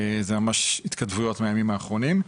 זה ממש התכתבויות מהימים האחרונים.